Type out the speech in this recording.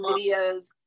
videos